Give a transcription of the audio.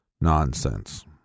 nonsense